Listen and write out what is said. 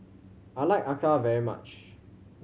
I like acar very much